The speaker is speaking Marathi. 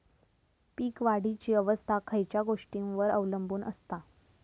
पीक वाढीची अवस्था खयच्या गोष्टींवर अवलंबून असता?